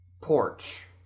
porch